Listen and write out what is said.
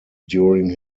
during